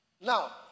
Now